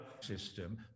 system